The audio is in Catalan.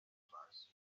fas